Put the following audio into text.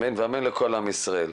אמן ואמן לכל עם ישראל.